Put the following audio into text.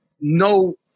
No